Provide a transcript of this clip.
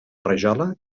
rajola